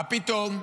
מה פתאום.